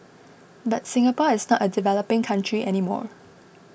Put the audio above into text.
but Singapore is not a developing country any more